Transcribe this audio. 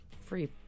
free